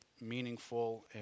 meaningful